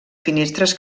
finestres